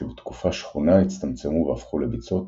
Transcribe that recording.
שבתקופה שחונה הצטמצמו והפכו לביצות,